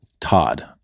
todd